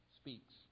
speaks